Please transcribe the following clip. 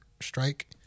strike